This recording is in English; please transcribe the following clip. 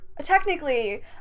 technically